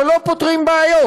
אבל לא פותרים בעיות.